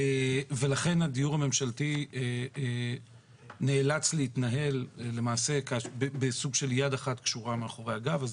לכן הדיור הממשלתי נאלץ להתנהל למעשה בסוג של יד אחת קשורה מאחורי הגב.